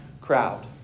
crowd